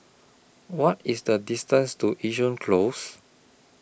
What IS The distance to Yishun Close